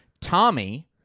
Tommy